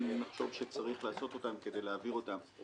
אם נחשוב שצריך לעשות אותם כדי להעביר אותם.